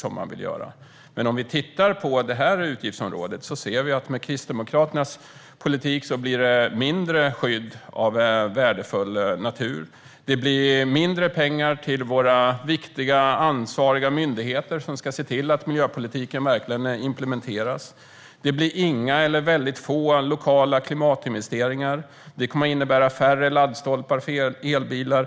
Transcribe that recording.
Om vi tittar på det här utgiftsområdet ser vi att med Kristdemokraternas politik blir det mindre skydd av värdefull natur och mindre pengar till våra viktiga ansvariga myndigheter som ska se till att miljöpolitiken verkligen implementeras. Det blir inga eller väldigt få lokala klimatinvesteringar, vilket kommer att innebära färre laddstolpar för elbilar.